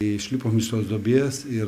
išlipom iš tos duobės ir